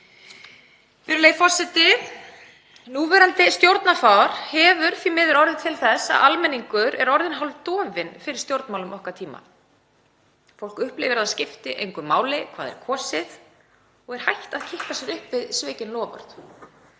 Virðulegi forseti. Núverandi stjórnarfar hefur því miður orðið til þess að almenningur er orðinn hálf dofinn fyrir stjórnmálum okkar tíma. Fólk upplifir að það skipti engu máli hvað er kosið og er hætt að kippa sér upp við svikin loforð.